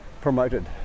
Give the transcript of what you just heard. promoted